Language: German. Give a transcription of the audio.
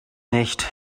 nicht